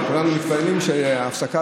כן, כולנו מתפללים שתפסיק,